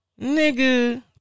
Nigga